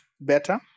better